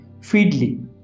Feedly